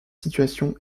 situations